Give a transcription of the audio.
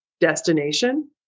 destination